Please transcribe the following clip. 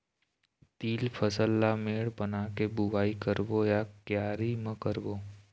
तील फसल ला मेड़ बना के बुआई करबो या क्यारी म करबो?